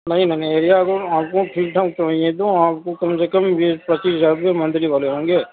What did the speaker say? نہیں میں نے ایریا آپ کو ٹھیک ٹھاک چاٮٔیے تو آپ کو کم سے کم بیس پچیس ہزار روپے منتھلی والے ہوں گے